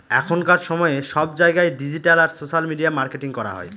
এখনকার সময়ে সব জায়গায় ডিজিটাল আর সোশ্যাল মিডিয়া মার্কেটিং করা হয়